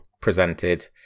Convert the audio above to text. presented